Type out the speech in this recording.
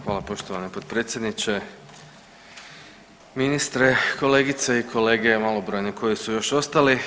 Hvala poštovani potpredsjedniče, ministre, kolegice i kolege i malobrojni koji su još ostali.